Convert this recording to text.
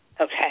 Okay